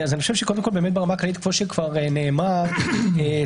כפי שנאמר,